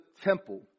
temple